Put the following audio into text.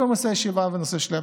ועוד פעם עושה ישיבה בנושא שלהם,